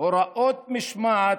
הוראות משמעת,